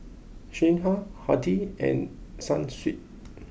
Singha Hardy's and Sunsweet